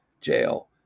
jail